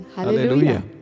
Hallelujah